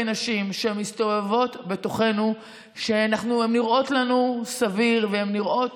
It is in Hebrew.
נשים שמסתובבות בתוכנו שהן נראות לנו סביר והן נראות